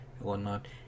whatnot